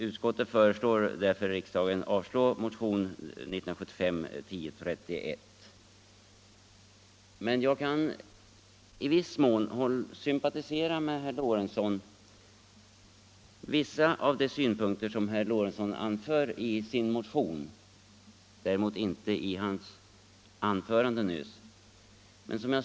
Utskottet hemställer därför att riksdagen avslår motionen 1975:1031. Jag kan i någon mån sympatisera med vissa synpunkter som herr Lorentzon framfört i sin motion, däremot inte med vad han sade i sitt anförande nyss.